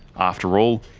after all,